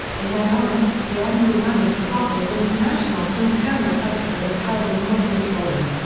in their honour, the annual manaki brothers international film camera festival is held in modern bitola.